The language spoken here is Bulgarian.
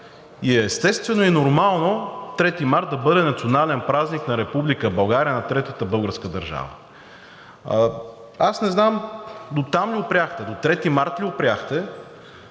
и е естествено и нормално 3 март да бъде национален празник на Република България, на Третата българска държава. Аз не знам дотам ли опряхте, до 3 март ли опряхте?